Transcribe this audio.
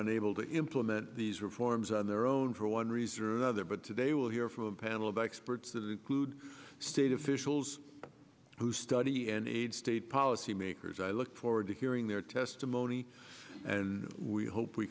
unable to implement these reforms on their own for one reason or another but today we'll hear from a panel of experts that include state officials who study and aid state policymakers i look forward to hearing their testimony and we hope we